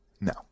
No